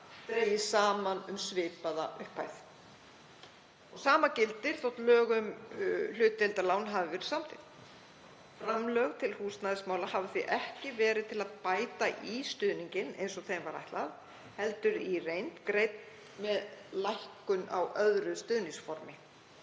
dregist saman um svipaða upphæð. Sama gildir þótt lög um hlutdeildarlán hafi verið samþykkt. Framlög til húsnæðismála hafa því ekki verið til að bæta í stuðninginn, eins og þeim var ætlað, heldur í reynd greidd með lækkun á öðru stuðningsformi.